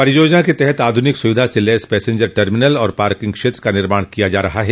परियोजना के तहत आधुनिक सुविधा से लैस पैसेंजर टर्मिनल और पार्किंग क्षेत्र का निर्माण किया जा रहा है